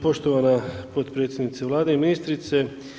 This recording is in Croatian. Poštovana potpredsjednice Vlade i ministrice.